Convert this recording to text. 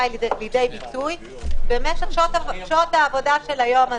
לגבי הקלפי עצמה,